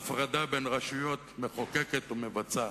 עברתי דרך החריץ הקטן הזה.